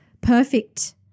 perfect